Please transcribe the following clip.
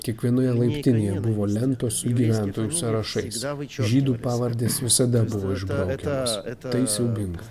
kiekvienoje laiptinėje buvo lentos su gyventojų sąrašais žydų pavardės visada buvo išbraukiamos tai siaubinga